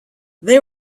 they